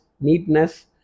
neatness